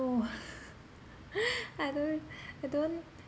I don't I don't